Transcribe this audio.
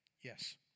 Yes